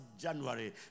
January